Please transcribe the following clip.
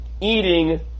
eating